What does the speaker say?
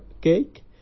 cake